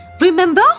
remember